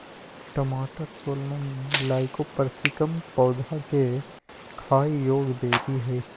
टमाटरसोलनम लाइकोपर्सिकम पौधा केखाययोग्यबेरीहइ